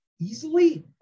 easily